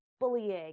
bullying